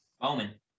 Bowman